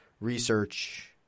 research